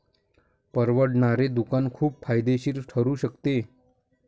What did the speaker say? परवडणारे दुकान खूप फायदेशीर ठरू शकते